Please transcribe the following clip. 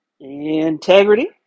integrity